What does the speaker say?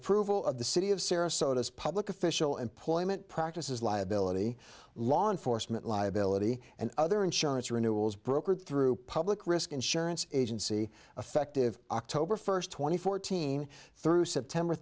approval of the city of sarasota as public official employment practices liability law enforcement liability and other insurance renewals brokered through public risk insurance agency effective october first twenty fourteen through september